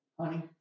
honey